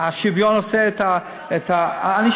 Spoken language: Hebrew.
השוויון עושה את --- אדוני,